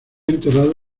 enterrado